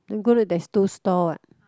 Rangoon Road there's two stalls what